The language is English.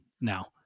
now